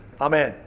amen